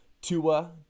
Tua